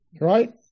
Right